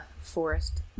forest